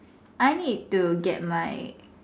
I need to get my